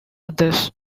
others